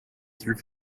through